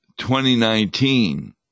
2019